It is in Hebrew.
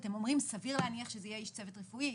אתם אומרים שסביר להניח שזה יהיה איש צוות רפואי,